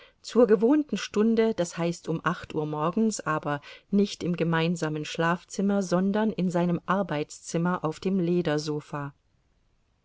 zur gewohnten stunde das heißt um acht uhr morgens aber nicht im gemeinsamen schlafzimmer sondern in seinem arbeitszimmer auf dem ledersofa